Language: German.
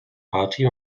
party